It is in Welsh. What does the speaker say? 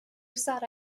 sarra